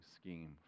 scheme